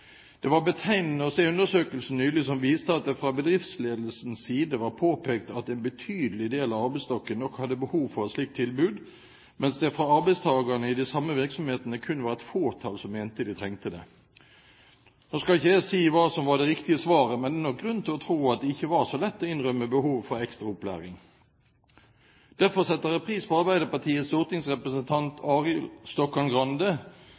Det var betegnende å se undersøkelsen nylig som viste at det fra bedriftsledelsens side var påpekt at en betydelig del av arbeidsstokken nok hadde behov for et slikt tilbud, mens det fra arbeidstakerne i de samme virksomhetene kun var et fåtall som mente de trengte det. Nå skal ikke jeg si hva som var det riktige svaret, men det er nok grunn til å tro at det ikke var så lett å innrømme behovet for ekstra opplæring. Derfor setter jeg pris på Arbeiderpartiets stortingsrepresentant